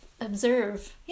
observe